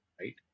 right